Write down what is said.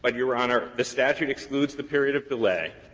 ah your honor, the statute excludes the period of delay,